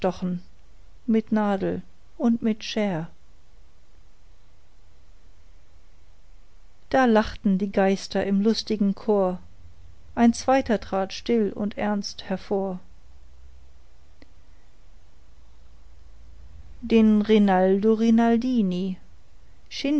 mit nadel und mit scher da lachten die geister im lustigen chor ein zweiter trat still und ernst hervor den rinaldo rinaldini